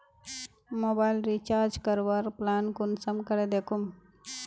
Mobile recharge करवार plan कुंसम करे दखुम?